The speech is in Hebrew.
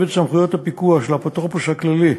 את סמכויות הפיקוח של האפוטרופוס הכללי.